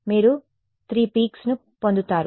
కాబట్టి మీరు 3 పీక్స్ ను పొందుతారు